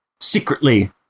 secretly